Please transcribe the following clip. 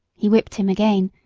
he whipped him again,